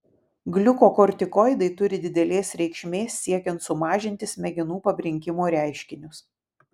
gliukokortikoidai turi didelės reikšmės siekiant sumažinti smegenų pabrinkimo reiškinius